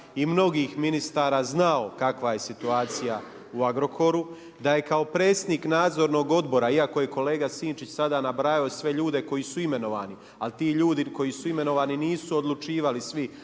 i mnogih ministara znao kakva je situacija u Agrokoru, da je kao predsjednik nadzornog odbora iako je kolega Sinčić sada nabrajao sve ljude koji su imenovani, ali ti ljudi koji su imenovani nisu odlučivali svi